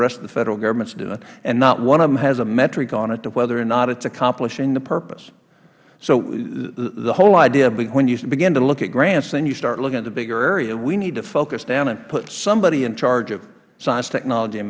rest of the federal government is doing not one of them has a metric on it as to whether or not it is accomplishing the purpose so the whole idea is when you begin to look at grants then you start looking at a bigger area we need to focus down and put somebody in charge of science technology